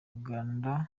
uganda